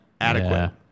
Adequate